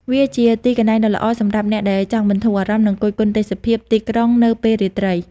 វាជាទីកន្លែងដ៏ល្អសម្រាប់អ្នកដែលចង់បន្ធូរអារម្មណ៍ និងគយគន់ទេសភាពទីក្រុងនៅពេលរាត្រី។